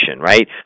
right